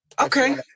Okay